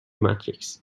matrix